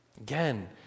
Again